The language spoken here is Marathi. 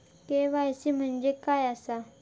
के.वाय.सी म्हणजे काय आसा?